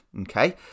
okay